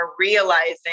realizing